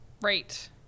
Right